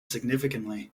significantly